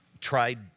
tried